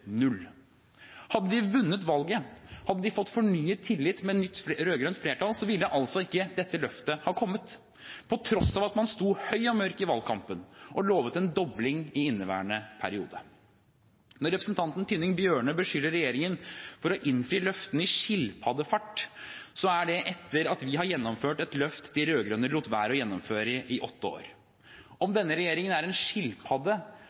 null. Hadde de vunnet valget, hadde de fått fornyet tillit med nytt rød-grønt flertall, ville altså ikke dette løftet ha kommet, på tross av at man sto høy og mørk i valgkampen og lovte en dobling i inneværende periode. Når representanten Tynning Bjørnø beskylder regjeringen for å innfri løftene «i skilpaddefart», er det etter at vi har gjennomført et løft de rød-grønne lot være å gjennomføre i åtte år. Om denne regjeringen er en